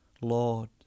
Lord